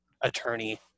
attorney